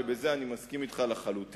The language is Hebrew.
ובזה אני מסכים אתך לחלוטין.